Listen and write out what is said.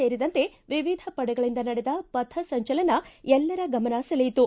ಸೇರಿದಂತೆ ವಿವಿಧ ಪಡೆಗಳಿಂದ ನಡೆದ ಪಥಸಂಚಲನ ಎಲ್ಲರ ಗಮನ ಸೆಳೆಯಿತು